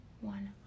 one